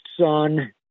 son